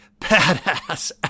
badass